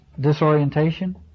disorientation